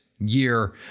year